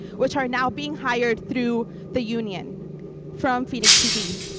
which are now being hired through the union from phoenix pd.